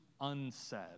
unsaid